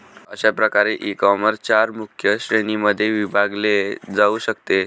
अशा प्रकारे ईकॉमर्स चार मुख्य श्रेणींमध्ये विभागले जाऊ शकते